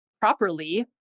properly